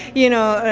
you know,